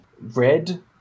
Red